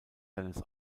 seines